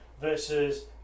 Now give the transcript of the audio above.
versus